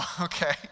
Okay